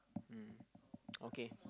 mm okay